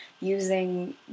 using